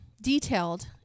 detailed